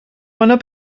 meiner